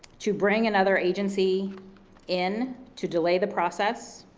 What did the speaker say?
to bring another agency in to delay the process,